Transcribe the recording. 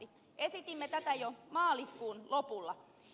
esitimme tätä jo maaliskuun lopulla